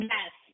Yes